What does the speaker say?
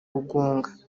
rugunga